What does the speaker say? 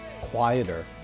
quieter